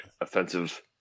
offensive